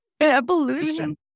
evolution